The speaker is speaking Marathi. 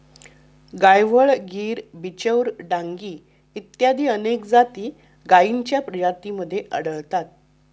गायवळ, गीर, बिचौर, डांगी इत्यादी अनेक जाती गायींच्या प्रजातींमध्ये आढळतात